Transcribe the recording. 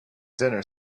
dinner